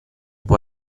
può